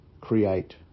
create